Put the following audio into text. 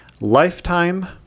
Lifetime